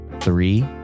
Three